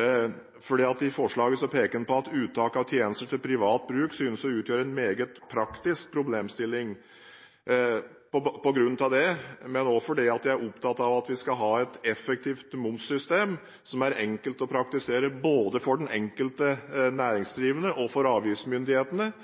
I forslaget peker man på at uttak av tjenester til privat bruk synes å utgjøre en meget praktisk problemstilling. På grunn av det, men også fordi jeg er opptatt av at vi skal ha et effektivt momssystem, som er enkelt å praktisere både for den enkelte næringsdrivende og for avgiftsmyndighetene,